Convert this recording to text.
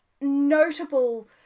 notable